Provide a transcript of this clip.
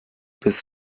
bis